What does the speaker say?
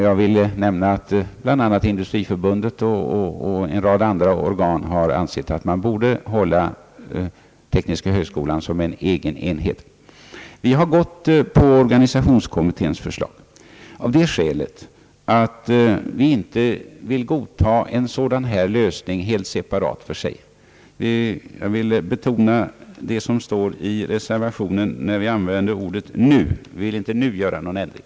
Jag vill här nämna att bl.a. Industriförbundet och en rad andra organisationer ansett att man borde låta tekniska högskolan i Lund vara en egen enhet. Vi har anslutit oss till organisationskommitténs förslag därför att vi inte velat godta en sådan här lösning helt separat. Jag vill betona att vi i reservationen använde ordet »nu». Vi vill inte nu göra någon ändring.